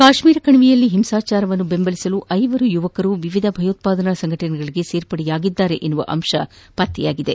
ಕಾಶ್ಮೀರ ಕಣಿವೆಯಲ್ಲಿ ಹಿಂಸಾಚಾರವನ್ನು ಬೆಂಬಲಿಸಲು ಐವರು ಯುವಕರು ವಿವಿಧ ಭಯೋತ್ವಾದನ ಸಂಘಟನೆಗಳಿಗೆ ಸೇರ್ಪಡೆಯಾಗಿದ್ದಾರೆಂಬ ಅಂಶ ಪತ್ತೆಯಾಗಿದೆ